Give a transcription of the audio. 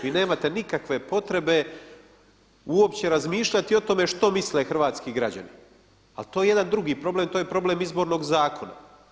Vi nemate nikakve potrebe uopće razmišljati o tome što misle hrvatski građani, ali to je jedan drugi problem, to je problem Izbornog zakona.